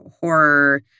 horror